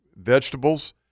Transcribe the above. vegetables